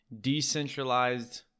decentralized